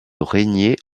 régner